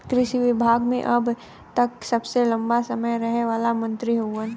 कृषि विभाग मे अब तक के सबसे लंबा समय रहे वाला मंत्री हउवन